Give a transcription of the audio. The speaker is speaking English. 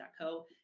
co